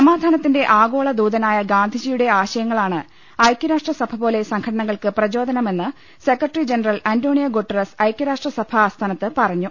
സമാധാനത്തിന്റെ ആഗോള ദൂതനായ ഗാന്ധിജിയുടെ ആശയങ്ങളാണ് ഐക്യരാഷ്ട്രസഭപോലെ സംഘടനകൾക്ക് പ്രചോദനമെന്ന് secretary general Antonio Guterres ഐക്യരാഷ്ട്രസഭ ആസ്ഥാനത്ത് പറഞ്ഞു